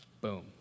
boom